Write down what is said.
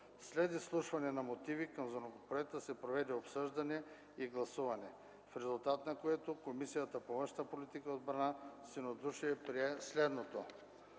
След изслушването на мотивите към законопроекта се проведе обсъждане и гласуване, в резултат на което Комисията по външна политика и отбрана единодушно прие следното